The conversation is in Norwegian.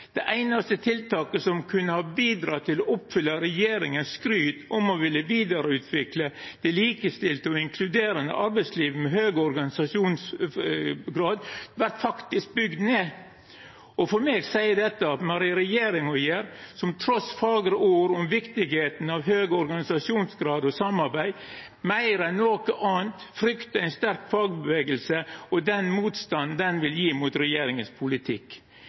det einaste tiltaket som kunne ha bidrege til å oppfylla skrytet frå regjeringa om å villa vidareutvikla det likestilte og inkluderande arbeidslivet med høg organisasjonsgrad, vert faktisk bygd ned. For meg seier dette at me har med ei regjering å gjera som trass fagre ord om viktigheita av høg organisasjonsgrad og samarbeid, meir enn noko anna fryktar ei sterk fagrørsle og den motstanden ho vil gje regjeringa sin politikk